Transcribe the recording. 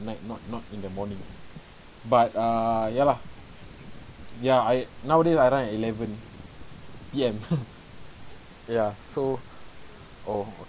run at night not not in the morning but err ya lah ya I nowadays I run at eleven P_M ya so oh